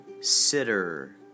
sitter